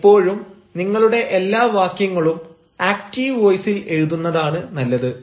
എപ്പോഴും നിങ്ങളുടെ എല്ലാ വാക്യങ്ങളും ആക്ടീവ് വോയ്സിൽ എഴുതുന്നതാണ് നല്ലത്